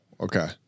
Okay